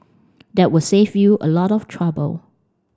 that would save you a lot of trouble